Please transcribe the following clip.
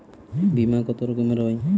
বিমা কত রকমের হয়?